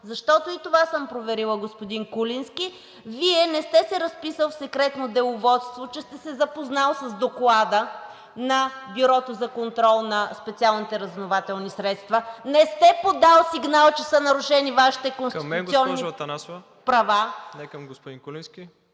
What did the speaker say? защото и това съм проверила, господин Куленски, Вие не сте се разписали в Секретно деловодство, че сте се запознали с Доклада на Бюрото за контрол на специалните разузнавателни средства, не сте подали сигнал, че са нарушени Вашите конституционни права… ПРЕДСЕДАТЕЛ МИРОСЛАВ ИВАНОВ: Към мен, госпожо Атанасова, не към господин Куленски.